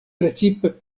precipe